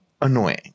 annoying